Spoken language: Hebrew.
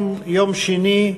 שני,